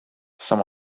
some